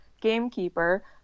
gamekeeper